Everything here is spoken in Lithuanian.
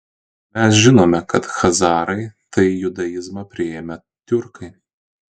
mes žinome kad chazarai tai judaizmą priėmę tiurkai